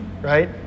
right